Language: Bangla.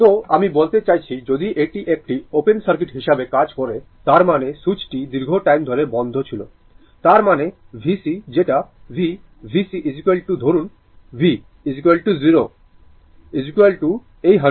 তো আমি বলতে চাইছি যদি এটি একটি ওপেন সার্কিট হিসাবে কাজ করে তার মানে সুইচটি দীর্ঘ টাইম ধরে বন্ধ ছিল তার মানে vc যেটা v vc ধরুন v 0 এই 100 ভোল্ট